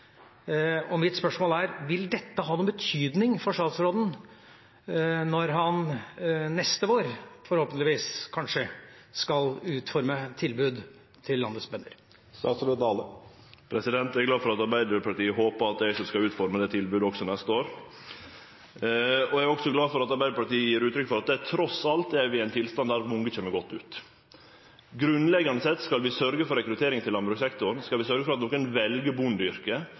Og mitt spørsmål er: Vil dette ha noen betydning for statsråden når han neste vår, forhåpentligvis, kanskje, skal utforme tilbud til landets bønder? Eg er glad for at Arbeidarpartiet håpar at det er eg som skal utforme det tilbodet også neste år. Eg er også glad for at Arbeidarpartiet gjev uttrykk for at vi trass alt er i ein tilstand der mange kjem godt ut. Grunnleggjande sett: Skal vi sørgje for rekruttering til landbrukssektoren, og skal vi sørgje for at nokon